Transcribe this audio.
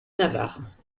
navarre